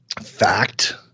fact